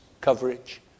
coverage